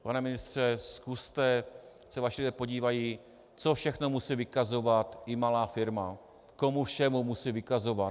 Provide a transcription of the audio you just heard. Pane ministře, zkuste, ať se vaši lidé podívají, co všechno musí vykazovat i malá firma, komu všemu musí vykazovat.